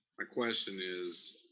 my question is,